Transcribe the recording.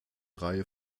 reihe